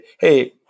hey